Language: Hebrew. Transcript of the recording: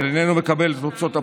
שאיננו מקבל את תוצאות הבחירות,